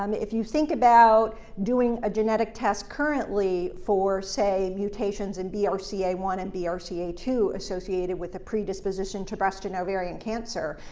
um if you think about doing a genetic test currently for, say, mutations in b r c a one and b r c a two associated with a predisposition to breast and ovarian cancer,